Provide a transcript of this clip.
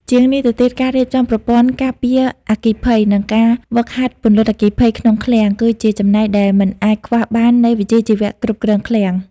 ជាងនេះទៅទៀត ការរៀបចំប្រព័ន្ធការពារអគ្គិភ័យ និងការហ្វឹកហាត់ពន្លត់អគ្គិភ័យក្នុងឃ្លាំង គឺជាចំណែកដែលមិនអាចខ្វះបាននៃវិជ្ជាជីវៈគ្រប់គ្រងឃ្លាំង។